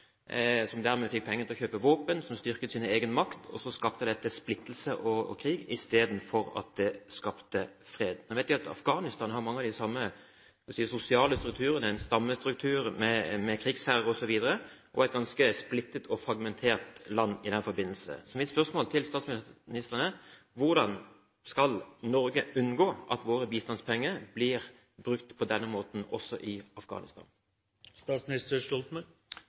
som dermed fikk penger til å kjøpe våpen, som styrket sin egen makt, og så skapte dette splittelse og krig istedenfor fred. Nå vet vi at Afghanistan har mange av de samme sosiale strukturene, bl.a. en stammestruktur med krigsherrer osv., og er et ganske splittet og fragmentert land i den forbindelse. Så mitt spørsmål til statsministeren er: Hvordan skal Norge unngå at våre bistandspenger blir brukt på denne måten også i Afghanistan?